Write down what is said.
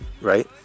right